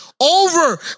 Over